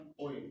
oil